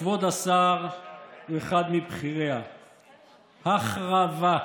שכבוד השר הוא אחד מבכיריה: החרבה.